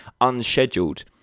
unscheduled